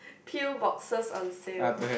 peel boxes on sale